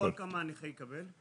וכמה הנכה יקבל?